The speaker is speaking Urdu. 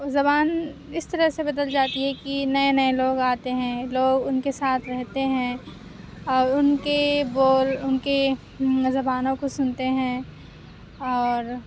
زبان اِس طرح سے بدل جاتی ہے کہ نئے نئے لوگ آتے ہیں لوگ اُن کے ساتھ رہتے ہیں اور اُن کے بول اُن کے زبانوں کو سُنتے ہیں اور